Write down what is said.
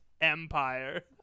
empire